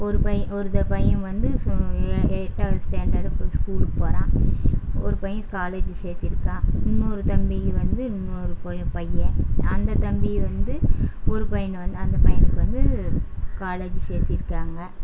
ஒரு பை ஒரு த பையன் வந்து எட்டாவது ஸ்டாண்டர்ட்டு ஸ்கூலுக்கு போகிறான் ஒரு பையன் காலேஜி சேர்த்திருக்கான் இன்னோரு தம்பி வந்து இன்னோரு பை பையன் அந்த தம்பி வந்து ஒரு பையன் வந் அந்த பையனுக்கு வந்து காலேஜி சேர்த்திருக்காங்க